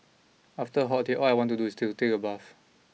after a hot day all I want to do is to take a bath